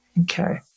Okay